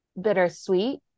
bittersweet